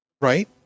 Right